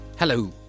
Hello